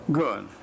good